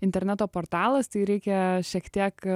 interneto portalas tai reikia šiek tiek